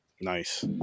Nice